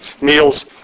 meals